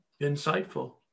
insightful